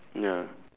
ya